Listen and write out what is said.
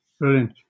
brilliant